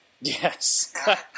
Yes